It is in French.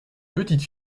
petites